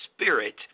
Spirit